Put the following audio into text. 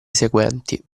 seguenti